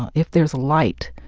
and if there's light,